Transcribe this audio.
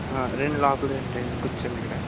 రండి లోపలికి రండి రండి కూర్చోండి ఇక్కడ